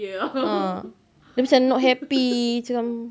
ah dia macam not happy macam